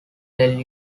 tell